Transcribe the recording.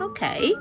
Okay